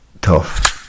Tough